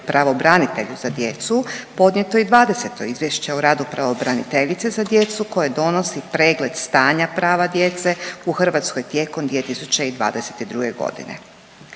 pravobranitelju za djecu podnijeto i 20 izvješće o radu pravobraniteljice za djecu koje donosi pregled stanja prava djece u Hrvatskoj tijekom 2022. godine.